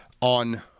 on